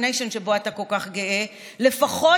מספיק.